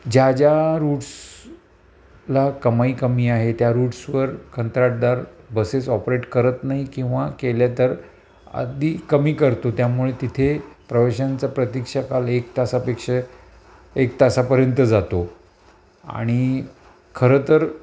ज्या ज्या रूट्सला कमाई कमी आहे त्या रूट्सवर कंत्राटदार बसेस ऑपरेट करत नाही किंवा केल्या तर अगदी कमी करतो त्यामुळे तिथे प्रवेशांचं प्रतिक्षकाल एक तासापेक्षा एक तासापर्यंत जातो आणि खरं तर